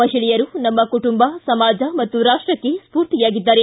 ಮಹಿಳೆಯರು ನಮ್ಮ ಕುಟುಂಬ ಸಮಾಜ ಮತ್ತು ರಾಷ್ಟಕ್ಕ ಸ್ಫೂರ್ತಿಯಾಗಿದ್ದಾರೆ